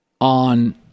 on